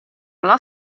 alla